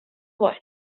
увазі